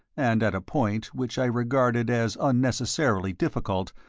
and at a point which i regarded as unnecessarily difficult,